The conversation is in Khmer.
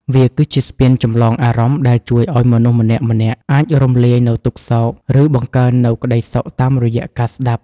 វាគឺជាស្ពានចម្លងអារម្មណ៍ដែលជួយឱ្យមនុស្សម្នាក់ៗអាចរំលាយនូវទុក្ខសោក ឬបង្កើននូវក្ដីសុខតាមរយៈការស្ដាប់។